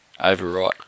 overwrite